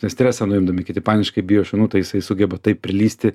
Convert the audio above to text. stresą nuimdami kiti paniškai bijo šunų tai jisai sugeba taip prilįsti